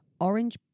Orange